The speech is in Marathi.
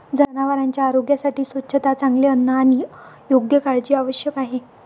जनावरांच्या आरोग्यासाठी स्वच्छता, चांगले अन्न आणि योग्य काळजी आवश्यक आहे